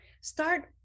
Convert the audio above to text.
start